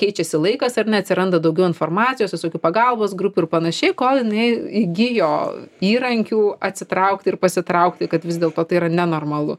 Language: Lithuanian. keičiasi laikas ar ne atsiranda daugiau informacijos visokių pagalbos grupių ir panašiai kol jinai įgijo įrankių atsitraukti ir pasitraukti kad vis dėlto tai yra nenormalu